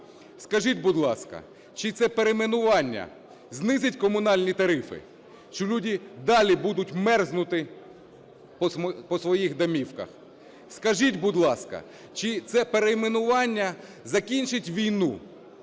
Скажіть, будь ласка, чи це перейменування знизить комунальні тарифи? Чи люди далі будуть мерзнути по своїх домівках? Скажіть, будь ласка, чи це перейменування закінчить війну